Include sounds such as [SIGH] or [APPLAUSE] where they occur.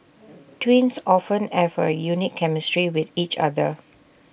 [NOISE] twins often have A unique chemistry with each other